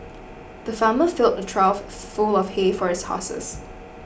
the farmer filled a trough full of hay for his horses